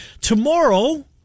tomorrow